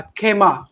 kema